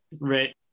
Right